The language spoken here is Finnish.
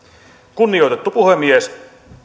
kunnioitettu puhemies